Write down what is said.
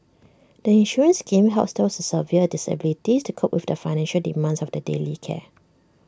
the insurance scheme helps those with severe disabilities to cope with the financial demands of their daily care